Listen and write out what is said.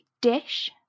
dish